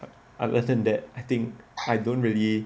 but other than that I think I don't really care